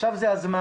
עכשיו זה הזמן.